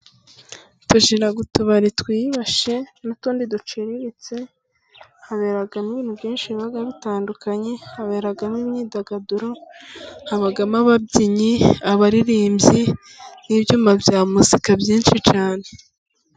Tugira utubari twiyubashye n'utundi duciriritse, haberamo ibintu byinshi biba bitandukanye, haberamo imyidagaduro, habamo ababyinnyi, abaririmbyi, n'ibyuma bya muzika byinshi cyane.